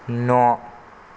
न'